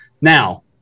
Now